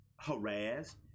harassed